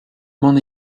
m’en